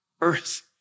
earth